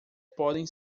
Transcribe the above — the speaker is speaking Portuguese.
podem